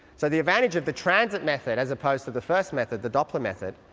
so the advantage of the transit method as opposed to the first method, the doppler method,